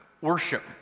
worship